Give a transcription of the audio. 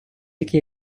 який